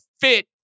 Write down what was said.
fit